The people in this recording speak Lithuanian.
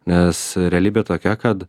nes realybė tokia kad